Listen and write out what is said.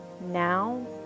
now